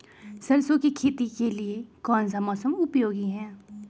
सरसो की खेती के लिए कौन सा मौसम उपयोगी है?